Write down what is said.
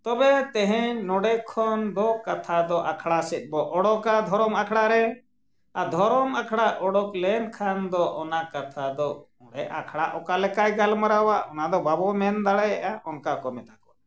ᱛᱚᱵᱮ ᱛᱮᱦᱮᱧ ᱱᱚᱰᱮ ᱠᱷᱚᱱ ᱫᱚ ᱠᱟᱛᱷᱟ ᱫᱚ ᱟᱠᱷᱲᱟ ᱥᱮᱫ ᱵᱚ ᱚᱰᱚᱠᱟ ᱫᱷᱚᱨᱚᱢ ᱟᱠᱷᱲᱟ ᱨᱮ ᱟᱨ ᱫᱷᱚᱨᱚᱢ ᱟᱠᱷᱲᱟ ᱚᱰᱚᱠ ᱞᱮᱱ ᱠᱷᱟᱱ ᱫᱚ ᱚᱱᱟ ᱠᱟᱛᱷᱟ ᱫᱚ ᱚᱸᱰᱮ ᱟᱠᱷᱲᱟ ᱚᱠᱟ ᱞᱮᱠᱟᱭ ᱜᱟᱞᱢᱟᱨᱟᱣᱟ ᱚᱱᱟ ᱫᱚ ᱵᱟᱵᱚ ᱢᱮᱱ ᱫᱟᱲᱮᱭᱟᱜᱼᱟ ᱚᱱᱠᱟ ᱠᱚ ᱢᱮᱛᱟ ᱠᱚᱣᱟ